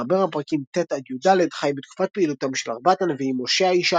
שמחבר הפרקים ט'-י"ד חי בתקופת פעילותם של ארבעת הנביאים הושע,